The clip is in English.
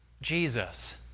Jesus